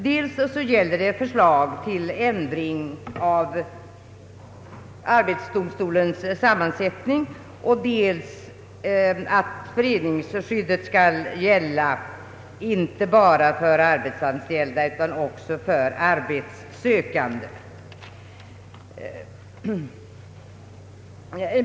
Dels gäller det förslag till ändring av arbetsdomstolens sammansättning, dels att föreningsskyddet skall gälla inte bara för arbetsanställda utan också för arbetssökande.